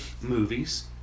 movies